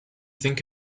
think